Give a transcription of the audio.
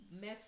mess